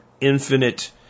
infinite